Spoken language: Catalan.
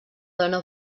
dona